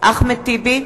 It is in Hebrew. אחמד טיבי,